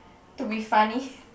to be funny